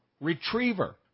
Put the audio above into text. Retriever